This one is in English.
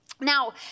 Now